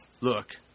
Look